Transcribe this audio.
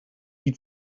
die